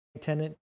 tenant